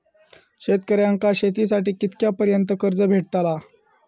शेतकऱ्यांका शेतीसाठी कितक्या पर्यंत कर्ज भेटताला?